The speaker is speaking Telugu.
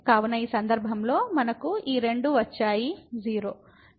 కాబట్టి ఈ సందర్భంలో మనకు ఈ 0 రెండూ వచ్చాయి 0